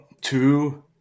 two